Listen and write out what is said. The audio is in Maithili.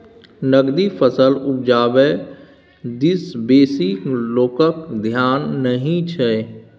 नकदी फसल उपजाबै दिस बेसी लोकक धेआन नहि छै